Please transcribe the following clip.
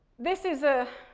this is a,